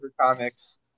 comics